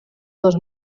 dos